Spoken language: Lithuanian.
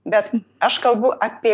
bet aš kalbu apie